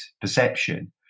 perception